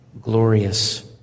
glorious